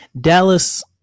Dallas